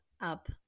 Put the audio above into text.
up